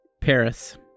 Paris